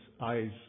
eyes